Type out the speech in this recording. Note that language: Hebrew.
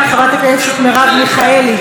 חברת הכנסת מרב מיכאלי,